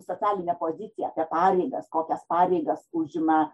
socialinę poziciją apie pareigas kokias pareigas užima